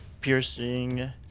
Piercing